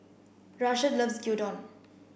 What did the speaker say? Rashad loves Gyudon